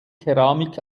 keramik